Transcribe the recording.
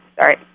Sorry